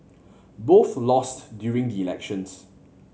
both lost during the elections